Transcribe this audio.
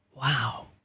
Wow